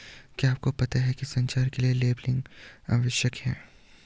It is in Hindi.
क्या आपको पता है संचार के लिए लेबलिंग आवश्यक है?